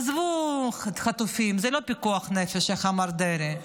עזבו חטופים, זה לא פיקוח נפש, איך אמר דרעי?